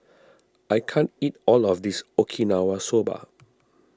I can't eat all of this Okinawa Soba